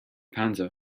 panza